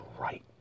right